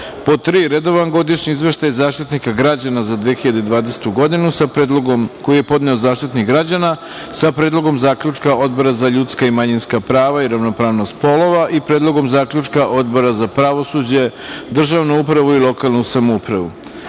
Redovan godišnji izveštaj Zaštitnika građana za 2020. godinu, koji je podneo Zaštitnik građana, sa Predlogom zaključka Odbora za ljudska i manjinska prava i ravnopravnost polova i Predlogom zaključka Odbora za pravosuđe, državnu upravu i lokalnu samoupravu;4.